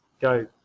go